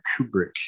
Kubrick